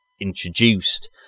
introduced